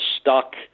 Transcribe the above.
stuck